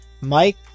Mike